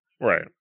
Right